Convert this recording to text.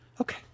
Okay